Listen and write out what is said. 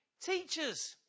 teachers